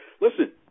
Listen